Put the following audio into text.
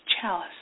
chalice